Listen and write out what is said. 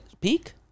peak